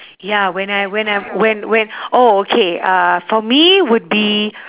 ya when I when I when when oh okay uh for me would be